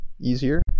easier